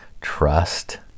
trust